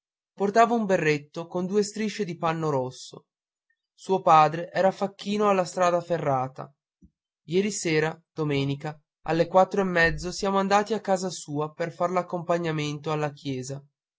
portava un berretto con due strisce di panno rosso suo padre è facchino alla strada ferrata ieri sera domenica alle quattro e mezzo siano andati a casa sua per far l'accompagnamento alla chiesa